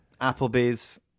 Applebee's